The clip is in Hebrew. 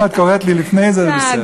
אם את קוראת לי לפני זה, זה בסדר.